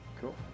Cool